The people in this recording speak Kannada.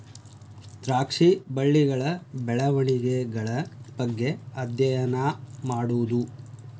ದ್ರಾಕ್ಷಿ ಬಳ್ಳಿಗಳ ಬೆಳೆವಣಿಗೆಗಳ ಬಗ್ಗೆ ಅದ್ಯಯನಾ ಮಾಡುದು